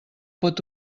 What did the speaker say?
pot